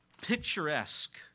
picturesque